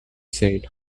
said